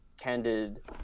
candid